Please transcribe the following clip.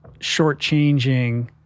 shortchanging